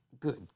Good